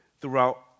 throughout